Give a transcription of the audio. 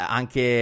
anche